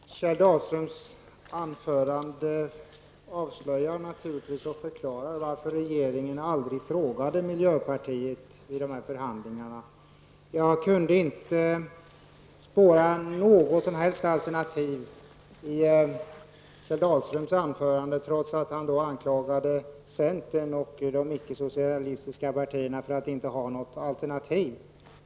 Herr talman! Kjell Dahlströms anförande avslöjar och förklarar varför regeringen aldrig frågade miljöpartiet i de här förhandlingarna. Jag kunde inte spåra något som helst alternativ i herr Dahlströms anförande, trots att han anklagade centern och de icke socialistiska partierna för att inte ha något alternativ.